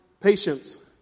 patience